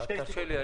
תרשה לי,